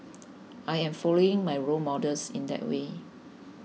I am following my role models in that way